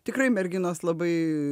tikrai merginos labai